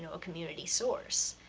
and a community source.